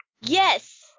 Yes